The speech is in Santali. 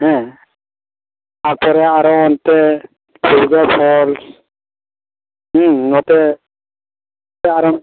ᱦᱮᱸ ᱛᱟᱯᱚᱨᱮ ᱟᱨᱚ ᱚᱱᱛᱮ ᱴᱷᱩᱨᱜᱟᱹ ᱯᱷᱚᱞᱥ ᱱᱚᱛᱮ ᱥᱮ ᱟᱨᱚ